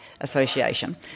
Association